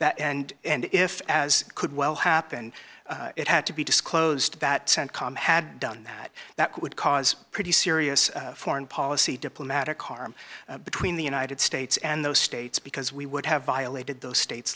that and and if as could well happen it had to be disclosed that centcom had done that that would cause pretty serious foreign policy diplomatic harm between the united states and those states because we would have violated those state